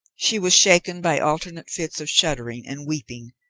she was shaken by alternate fits of shuddering and weeping,